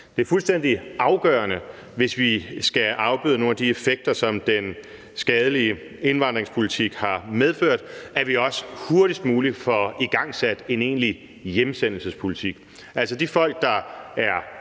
Det er fuldstændig afgørende, hvis vi skal afbøde nogle af de effekter, som den skadelige indvandringspolitik har medført, at vi også hurtigst muligt får igangsat en egentlig hjemsendelsespolitik. De folk, der er